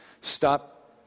Stop